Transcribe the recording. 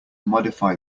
modify